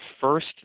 first